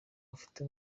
afite